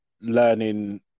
learning